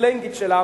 הסלנגית שלה,